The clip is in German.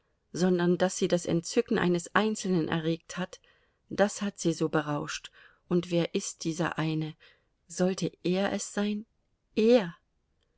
sondern daß sie das entzücken eines einzelnen erregt hat das hat sie so berauscht und wer ist dieser eine sollte er es sein er